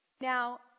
Now